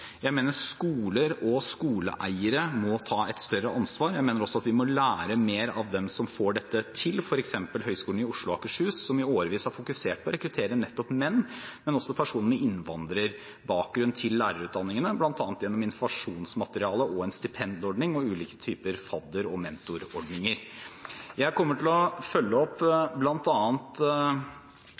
Jeg mener skoler og skoleeiere må ta et større ansvar. Jeg mener også at vi må lære mer av dem som får dette til, f.eks. Høgskolen i Oslo og Akershus, som i årevis har fokusert på å rekruttere nettopp menn, men også personer med innvandrerbakgrunn, til lærerutdanningene, bl.a. gjennom informasjonsmateriale, en stipendordning og ulike typer fadder- og mentorordninger. Jeg kommer til å følge opp,